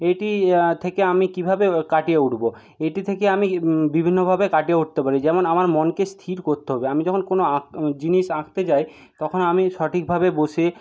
এইটি থেকে আমি কীভাবে কাটিয়ে উঠবো এইটি থেকে আমি বিভিন্নভাবে কাটিয়ে উঠতে পারি যেমন আমার মনকে স্থির করতে হবে আমি যখন কোন আঁক জিনিস আঁকতে যাই তখন আমি সঠিকভাবে বসে